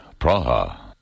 Praha